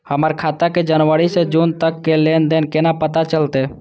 हमर खाता के जनवरी से जून तक के लेन देन केना पता चलते?